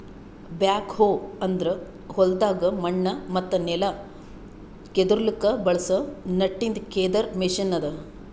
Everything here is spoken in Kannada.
ಬ್ಯಾಕ್ ಹೋ ಅಂದುರ್ ಹೊಲ್ದಾಗ್ ಮಣ್ಣ ಮತ್ತ ನೆಲ ಕೆದುರ್ಲುಕ್ ಬಳಸ ನಟ್ಟಿಂದ್ ಕೆದರ್ ಮೆಷಿನ್ ಅದಾ